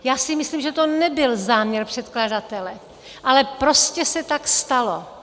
Já si myslím, že to nebyl záměr předkladatele, ale prostě se tak stalo.